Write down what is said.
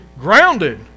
grounded